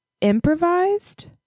improvised